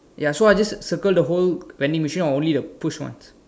ya so I just circle the whole vending machine or just the push once